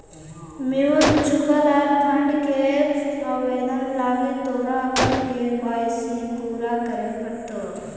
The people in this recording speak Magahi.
म्यूचूअल फंड के आवेदन लागी तोरा अपन के.वाई.सी पूरा करे पड़तो